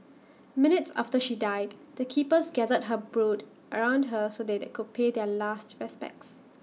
minutes after she died the keepers gathered her brood around her so they could pay their last respects